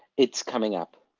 it's coming up.